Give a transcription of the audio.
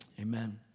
Amen